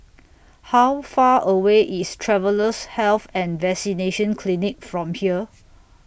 How Far away IS Travellers' Health and Vaccination Clinic from here